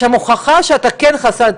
צריך להוכיח שאדם הוא חסר דת,